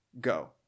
Go